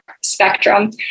spectrum